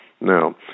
Now